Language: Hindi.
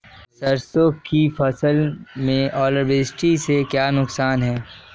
सरसों की फसल में ओलावृष्टि से क्या नुकसान है?